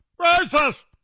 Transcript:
Racist